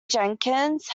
jenkins